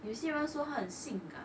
有些人说很性感:you xie ren shuo hen xing gann